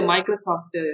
Microsoft